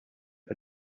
but